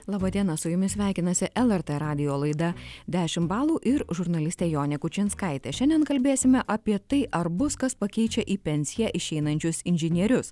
laba diena su jumis sveikinasi lrt radijo laida dešim balų ir žurnalistė jonė kučinskaitė šiandien kalbėsime apie tai ar bus kas pakeičia į pensiją išeinančius inžinierius